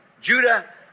Judah